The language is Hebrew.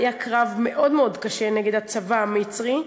היה קרב קשה מאוד מאוד נגד הצבא המצרי.